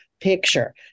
picture